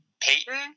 Payton